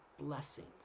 blessings